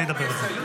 אני אדבר על זה.